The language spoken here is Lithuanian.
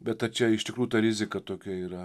bet a čia iš tikrųjų ta rizika tokia yra